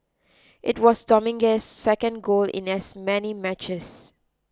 it was Dominguez's second goal in as many matches